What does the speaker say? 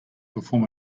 perform